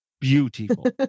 beautiful